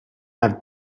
have